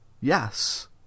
Yes